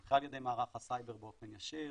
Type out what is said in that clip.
מונחה על ידי מערך הסייבר באופן ישיר